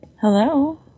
Hello